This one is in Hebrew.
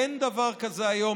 אין דבר כזה היום,